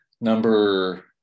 Number